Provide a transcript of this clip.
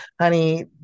honey